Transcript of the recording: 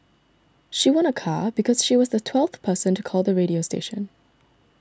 she won a car because she was the twelfth person to call the radio station